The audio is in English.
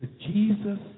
Jesus